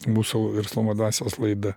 mūsų verslumo dvasios laida